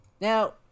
Now